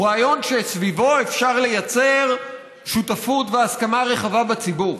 הוא רעיון שסביבו אפשר לייצר שותפות והסכמה רחבה בציבור,